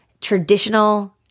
traditional